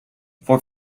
for